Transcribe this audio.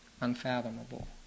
unfathomable